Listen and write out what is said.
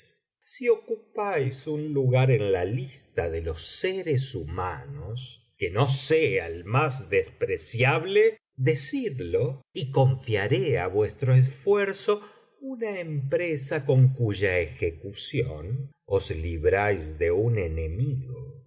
si ocupáis un lugar en la lista de los seres humanos que no sea el más despreciable decidlo y confiaré á vuestro esfuerzo una empresa con cuya ejecución os libráis de un enemigo